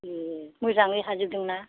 ए मोजाङै हाजोबदों ना